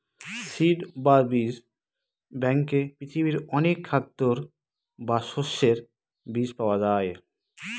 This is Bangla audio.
সিড বা বীজ ব্যাঙ্কে পৃথিবীর অনেক খাদ্যের বা শস্যের বীজ পাওয়া যায়